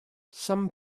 some